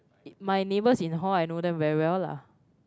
it my neighbours in hall I know them very well lah